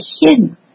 hidden